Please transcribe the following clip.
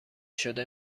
شده